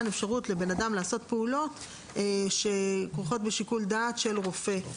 אפשרות לאדם לעשות פעולות שכרוכות בשיקול דעת של רופא.